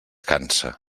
cansa